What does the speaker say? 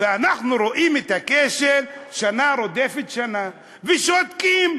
ואנחנו רואים את הכשל שנה רודפת שנה, ושותקים.